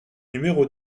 numéro